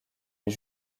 est